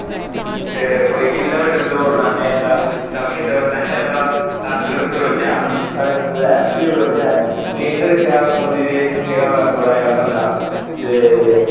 फिर कोई किलोमिटर दोड़ लाने हा ताकि भला तंदरुरत रोहचे अस साडे पुरा ऐक्टिव रोहचे नीदर शैल पोंदी जेकर थक्के दा होऐ थोडा बंदा ते